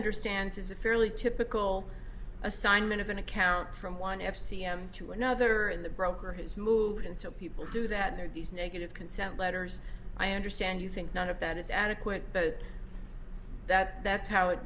understands is a fairly typical assignment of an account from one s c m to another and the broker has moved in so people do that there are these negative consent letters i understand you think none of that is adequate but that that's how it